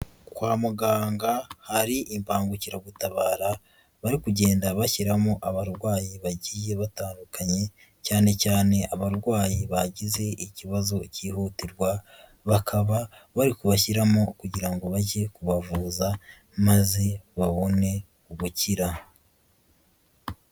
Kwa muganga hari imbangukiragutabara bari kugenda bashyiramo abarwayi bagiye batandukanye cyane cyane abarwayi bagize ikibazo cyihutirwa, bakaba bari kubashyiramo kugira ngo bajye kubavuza maze babone ubukira.